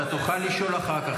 אתה תוכל לשאול אחר כך.